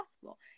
possible